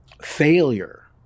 failure